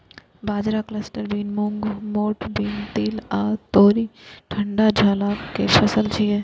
बाजरा, cluster bean, मूंग, मोठ बीन, तिल आ तोरी ठंढा इलाका के फसल छियै